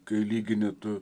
kai lygini tu